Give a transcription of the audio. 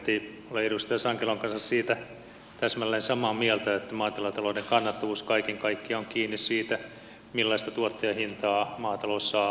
minä olen edustaja sankelon kanssa siitä täsmälleen samaa mieltä että maatilatalouden kannattavuus kaiken kaikkiaan on kiinni siitä millaista tuottajahintaa maatalous saa markkinoilta